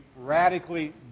radically